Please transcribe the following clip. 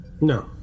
No